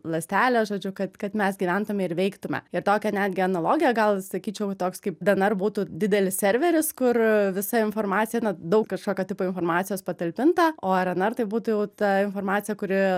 ląstelę žodžiu kad kad mes gyventume ir veiktume ir tokia netgi analogija gal sakyčiau toks kaip dnr būtų didelis serveris kur visa informacija na daug kažkokio tipo informacijos patalpinta o rnr tai būtų jau ta informacija kuri